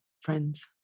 friends